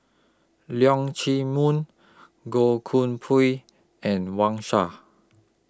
Leong Chee Mun Goh Koh Pui and Wang Sha